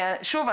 שוב,